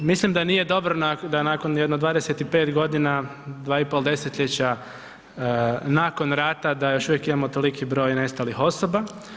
Mislim da nije dobro da nakon jedno 25 godina, 2 i pol desetljeća nakon rata da još uvijek imamo toliki broj nestalih osoba.